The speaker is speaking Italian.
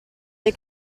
dei